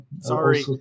Sorry